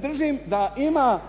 držim da ima